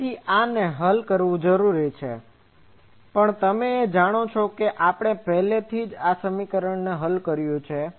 તેથી આને હલ કરવું જરૂરી પણ તમે એ જાણો છો કે આપણે પહેલાથી જ આ સમીકરણને હલ કર્યું છે